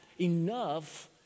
enough